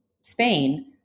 Spain